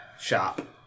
shop